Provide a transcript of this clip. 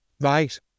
right